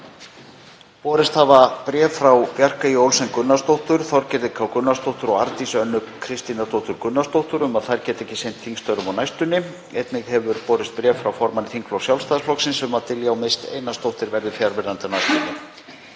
Borist hafa bréf frá Bjarkeyju Olsen Gunnarsdóttur, Þorgerði Katrínu Gunnarsdóttur og Arndísi Önnu Kristínardóttur Gunnarsdóttur um að þær geti ekki sinnt þingstörfum á næstunni. Einnig hefur borist bréf frá formanni þingflokks Sjálfstæðisflokksins um að Diljá Mist Einarsdóttir verði fjarverandi á næstunni.